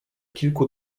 kilku